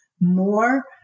more